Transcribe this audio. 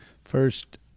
first